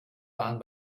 waren